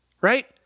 Right